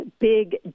big